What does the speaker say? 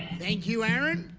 thank you, aaron.